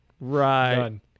Right